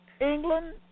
England